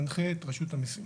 מנחה את רשות המיסים.